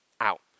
out